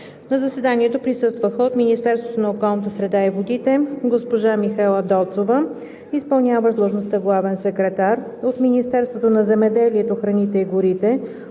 На заседанието присъстваха: от Министерството на околната среда и водите госпожа Михаела Доцова – и.д. главен секретар; от Министерство на земеделието, храните и горите